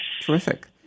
terrific